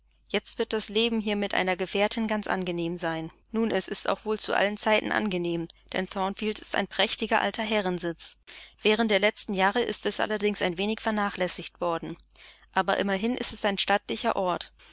jetzt wird das leben hier mit einer gefährtin ganz angenehm sein nun es ist auch wohl zu allen zeiten angenehm denn thornfield ist ein prächtiger alter herrensitz während der letzten jahre ist es allerdings ein wenig vernachlässigt worden aber immerhin ist es ein stattlicher ort